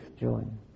join